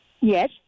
Yes